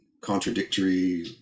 contradictory